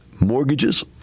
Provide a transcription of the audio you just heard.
Mortgages